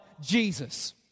Jesus